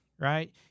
right